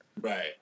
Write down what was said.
Right